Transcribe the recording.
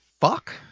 fuck